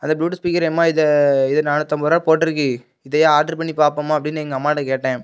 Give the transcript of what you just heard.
அந்த Bluetooth speaker அம்மா இது இது நானூற்றைம்பது ரூவா போட்டுருக்கு இதையே ஆட்ரு பண்ணிப் பார்ப்போமா அப்படின்னு எங்கள் அம்மாட்டே கேட்டேன்